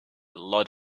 lot